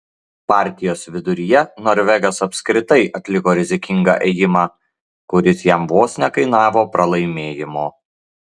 partijos viduryje norvegas apskritai atliko rizikingą ėjimą kuris jam vos nekainavo pralaimėjimo